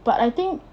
but I think